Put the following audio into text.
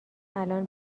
الان